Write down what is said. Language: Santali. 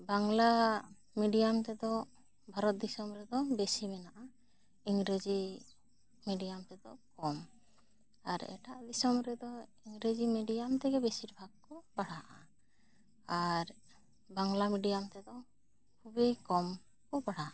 ᱵᱟᱝᱞᱟ ᱢᱤᱰᱤᱭᱟᱹᱢ ᱛᱮᱫᱚ ᱵᱷᱟᱨᱚᱛ ᱫᱤᱥᱚᱢ ᱨᱮᱫᱚ ᱵᱮᱥᱤ ᱢᱮᱱᱟᱜᱼᱟ ᱤᱝᱨᱟᱹᱡᱤ ᱢᱤᱰᱤᱭᱟᱹᱢ ᱛᱮᱫᱚ ᱠᱚᱢ ᱟᱨ ᱮᱴᱟᱜ ᱫᱤᱥᱚᱢ ᱨᱮᱫᱚ ᱤᱝᱨᱟᱹᱡᱤ ᱢᱤᱰᱤᱭᱟᱹᱢ ᱛᱮᱜᱮ ᱵᱤᱥᱤᱨ ᱵᱷᱟᱜᱽ ᱠᱚ ᱯᱟᱲᱦᱟᱜᱼᱟ ᱟᱨ ᱵᱟᱝᱞᱟ ᱢᱤᱰᱤᱭᱟᱹᱢ ᱛᱮᱫᱚ ᱟᱹᱰᱤ ᱠᱚᱢ ᱠᱚ ᱯᱟᱲᱦᱟᱜᱼᱟ